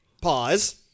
pause